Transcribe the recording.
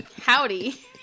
Howdy